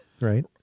right